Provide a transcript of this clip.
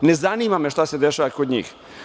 Ne zanima me šta se dešava kod njih.